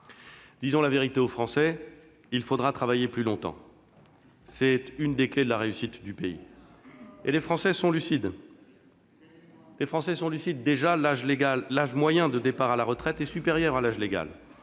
Disons la vérité aux Français : il faudra travailler plus longtemps. Enfin ! C'est une des clés de la réussite du pays. Les Français sont lucides : déjà, l'âge moyen de départ à la retraite est supérieur à l'âge légal,